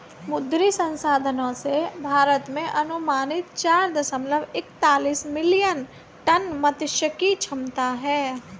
मुद्री संसाधनों से, भारत में अनुमानित चार दशमलव एकतालिश मिलियन टन मात्स्यिकी क्षमता है